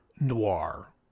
noir